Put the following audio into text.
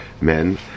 men